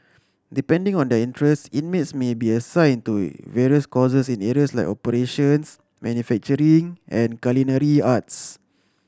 depending on their interests inmates may be assigned to various courses in areas like operations manufacturing and culinary arts